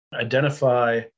identify